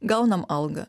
gaunam algą